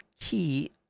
key